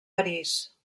parís